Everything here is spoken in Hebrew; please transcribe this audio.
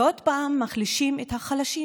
ועוד פעם מחלישים את החלשים,